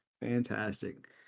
Fantastic